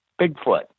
Bigfoot